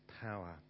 power